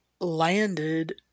landed